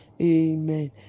amen